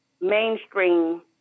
mainstream